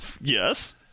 Yes